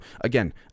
again